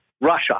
Russia